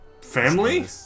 Family